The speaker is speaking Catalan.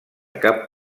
cap